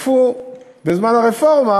תקפו בזמן הרפורמה,